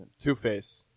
Two-face